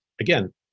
again